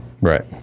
Right